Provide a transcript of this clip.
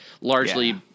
largely